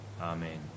Amen